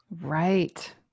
Right